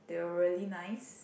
they were really nice